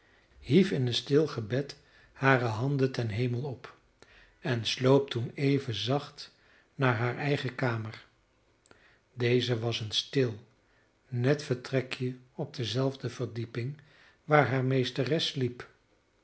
hief in een stil gebed hare handen ten hemel op en sloop toen even zacht naar hare eigene kamer deze was een stil net vertrekje op dezelfde verdieping waar haar meesteres sliep